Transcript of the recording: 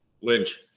Lynch